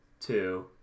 two